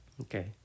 okay